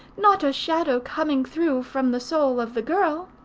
not a shadow coming through from the soul of the girl.